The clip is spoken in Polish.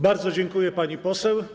Bardzo dziękuję, pani poseł.